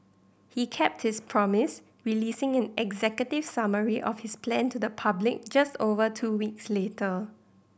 he kept his promise releasing an executive summary of his plan to the public just over two weeks later